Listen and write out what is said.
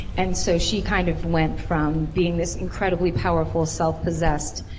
and so she kind of went from being this incredibly powerful self-possessed.